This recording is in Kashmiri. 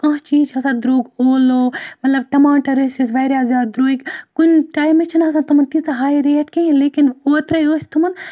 کانٛہہ چیز چھُ آسان درٛوگ اولو مطلب ٹماٹر آسۍ اَسہِ واریاہ زیادٕ درٛوگۍ کُنہِ ٹایمہٕ چھِنہٕ آسان تِمَن تیٖژاہ ہاے ریٹ کِہیٖنۍ لیکِن اوترے ٲسۍ تِمَن